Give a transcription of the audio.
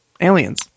Aliens